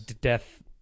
death